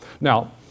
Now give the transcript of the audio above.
Now